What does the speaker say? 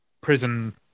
prison